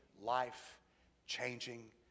life-changing